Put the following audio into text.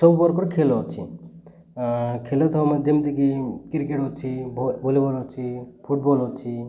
ସବୁ ବର୍ଗର ଖେଲ୍ ଅଛି ଖେଲ ତ ଯେମିତିକି କ୍ରିକେଟ ଅଛି ଭଲିବଲ ଅଛି ଫୁଟବଲ୍ ଅଛି